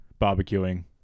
barbecuing